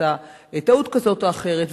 קרתה טעות כזאת או אחרת,